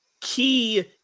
key